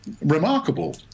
remarkable